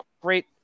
great